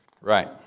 Right